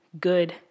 good